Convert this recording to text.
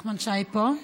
נחמן שי פה?